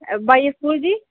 ਬਾਈ S school ਜੀ